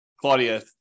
Claudia